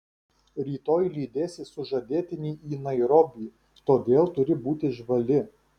rytoj lydėsi sužadėtinį į nairobį todėl turi būti žvali